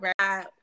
right